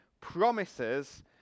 promises